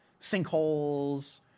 sinkholes